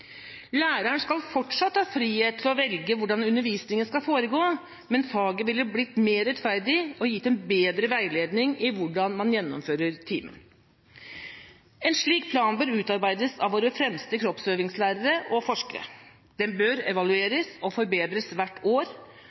Læreren skal fortsatt ha frihet til å velge hvordan undervisningen skal foregå, men faget ville blitt mer rettferdig og gitt en bedre veiledning i hvordan man gjennomfører timen. En slik plan bør utarbeides av våre fremste kroppsøvingslærere og -forskere. Den bør evalueres og forbedres hvert år